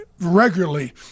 regularly